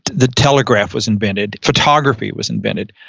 the telegraph was invented, photography was invented.